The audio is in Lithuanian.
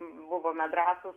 buvome drąsūs